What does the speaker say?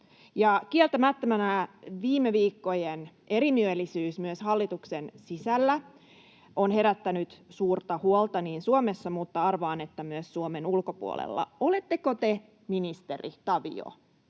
Kieltämättä tämä viime viikkojen erimielisyys myös hallituksen sisällä on herättänyt suurta huolta Suomessa, mutta arvaan, että myös Suomen ulkopuolella. Oletteko te, ministeri Tavio,